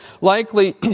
Likely